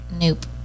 nope